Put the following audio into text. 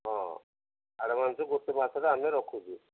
ହଁ ଆଡ଼ଭାନ୍ସ ଗୋଟେ ମାସର ଆମେ ରଖୁଛୁ